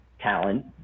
talent